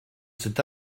cet